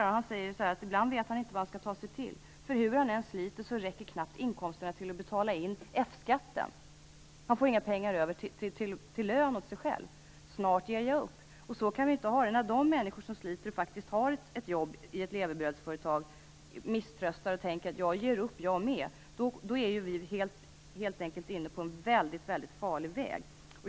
Han sade att han ibland inte vet vad han skall ta sig till, för hur han än sliter räcker knappt inkomsterna till att betala in F-skatten. Han får inga pengar över till lön åt sig själv. Han sade: Snart ger jag upp. Så här kan vi inte ha det. När de människor som sliter och faktiskt har ett jobb i ett levebrödsföretag misströstar och tänker ge upp, är vi helt enkelt inne på en väldigt farlig väg.